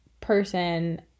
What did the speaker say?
person